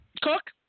Cook